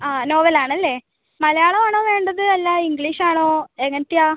ആ നോവൽ ആണല്ലേ മലയാളം ആണോ വേണ്ടത് അല്ല ഇംഗ്ലീഷ് ആണോ എങ്ങനത്തെയാണ്